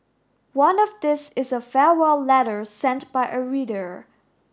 one of these is a farewell letter sent by a reader